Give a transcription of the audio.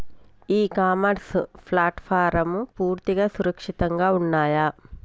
ఇ commerce ప్లాట్ఫారమ్లు పూర్తిగా సురక్షితంగా ఉన్నయా?